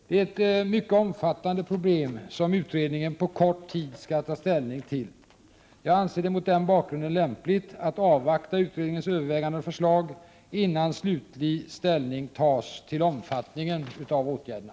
Det är ett mycket omfattande problem som utredningen på kort tid skall ta ställning till. Jag anser det mot den bakgrunden lämpligt att avvakta utredningens överväganden och förslag innan slutlig ställning tas till omfattningen av åtgärderna.